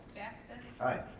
batson? aye.